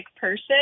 person